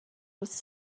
was